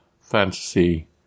fantasy